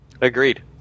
Agreed